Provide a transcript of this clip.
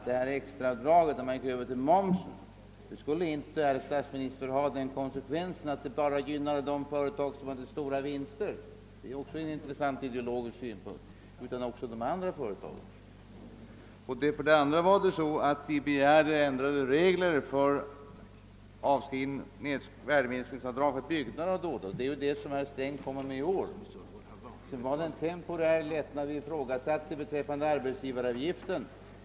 Det extra avdraget, när man gick över till moms, skulle inte ha den konsekvensen att det bara gynnade de företag som har stora vinster — det är också intressant ur ideologisk synpunkt — utan även andra företag. Vi begärde vidare ändrade regler för värdeminskningsavdrag för byggnader o.d. Sådana förslag framlägger herr Sträng i år. Vi ifrågasatte också en temporär lättnad beträffande arbetsgivaravgiften.